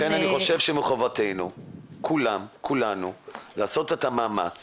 לכן אני חושב שמחובתנו כולנו לעשות את המאמץ